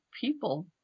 people